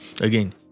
again